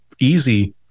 easy